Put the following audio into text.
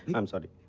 i'm sorry.